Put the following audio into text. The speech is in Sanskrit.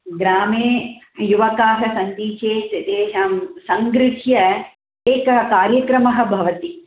ग्रामे युवकाः सन्ति चेत् तेषां सङ्गृह्य एकः कार्यक्रमः भवति